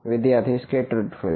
વિદ્યાર્થી scatter field